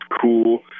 cool